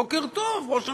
בוקר טוב, ראש הממשלה,